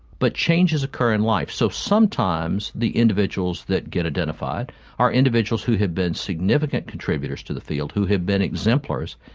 but changes occur in life. so sometimes the individuals that get identified are individuals who have been significant contributors to the field, who have been exemplars,